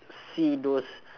see those